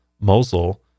mosul